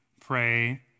pray